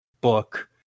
book